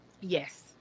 Yes